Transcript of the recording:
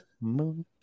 Moon